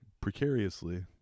Precariously